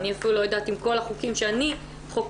אני אפילו לא יודעת עם כל החוקים שאני חוקקתי,